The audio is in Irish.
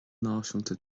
náisiúnta